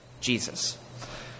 Jesus